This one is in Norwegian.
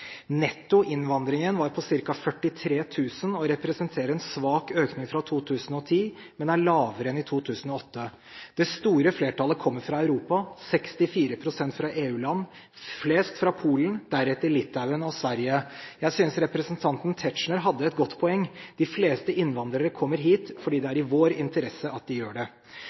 Nettoinnvandringen var på ca. 43 000, og det representerer en svak økning fra 2009, men er lavere enn i 2008. Det store flertallet kommer fra Europa: 64 pst. fra EU-land; flest fra Polen, deretter fra Litauen og fra Sverige. Jeg synes representanten Tetzschner hadde et godt poeng – de fleste innvandrere kommer hit fordi det er i vår interesse at de gjør det.